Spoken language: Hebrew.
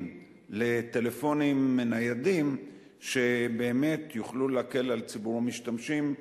לטלפונים ניידים שבאמת יוכלו להקל על ציבור המשתמשים.